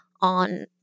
on